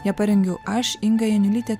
ją parengiau aš inga janiulytė